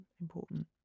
Important